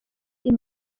این